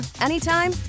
anytime